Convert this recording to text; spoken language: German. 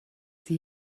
sie